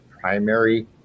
primary